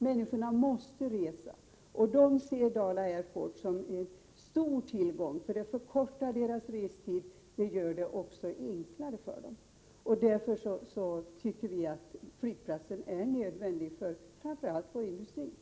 Människorna måste resa, och de ser Dala Airport som en stor tillgång som förkortar deras restid och gör det lättare för dem att resa. Därför är flygplatsen nödvändig för framför allt vår industri.